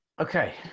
Okay